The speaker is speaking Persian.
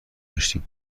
داشتیم